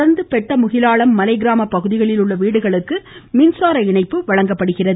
தொடா்ந்து பெட்ட முகிலாளம் மலை கிராம பகுதிகளில் உள்ள வீடுகளுக்கு மின்சார இணைப்பு வழங்கப்படுகிறது